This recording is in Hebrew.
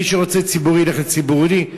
ומי שרוצה ציבורי ילך לציבורי,